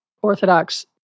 Orthodox